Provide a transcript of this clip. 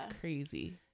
crazy